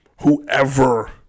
whoever